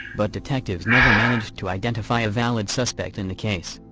but detectives never managed to identify a valid suspect in the case.